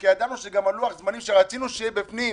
וגם ידענו שלוח הזמנים שרצינו שיהיה בפנים,